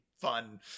fun